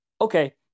okay